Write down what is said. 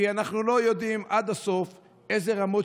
כי אנחנו לא יודעים עד הסוף אילו רמות